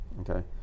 okay